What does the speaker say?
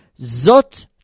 Zot